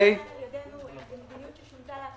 לגבי עמותות שהתנהלו באופן תקין לפי המדיניות שלנו,